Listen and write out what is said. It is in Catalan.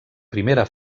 primera